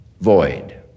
void